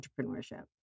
entrepreneurship